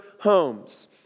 homes